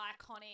iconic